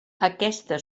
aquesta